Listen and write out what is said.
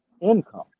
income